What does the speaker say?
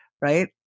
right